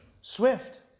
Swift